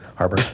harbor